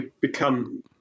become